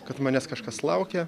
kad manęs kažkas laukia